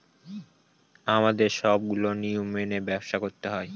আমাদের সবগুলো নিয়ম মেনে ব্যবসা করতে হয়